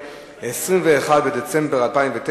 2009,